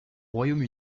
royaume